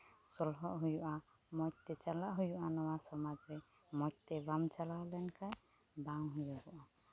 ᱥᱚᱞᱦᱚᱜ ᱦᱩᱭᱩᱜᱼᱟ ᱢᱚᱡᱽ ᱛᱮ ᱪᱟᱞᱟᱜ ᱦᱩᱭᱩᱜᱼᱟ ᱱᱚᱣᱟ ᱥᱚᱢᱟᱡᱽ ᱨᱮ ᱢᱚᱡᱽ ᱛᱮ ᱵᱟᱢ ᱪᱟᱞᱟᱣ ᱞᱮᱱ ᱠᱷᱟᱱ ᱵᱟᱝ ᱦᱩᱭᱩᱜᱚᱜᱼᱟ